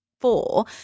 four